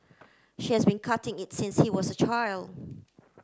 she has been cutting it since he was a child